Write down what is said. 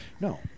No